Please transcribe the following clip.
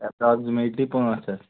approximately پٲنٛژھ ہَتھ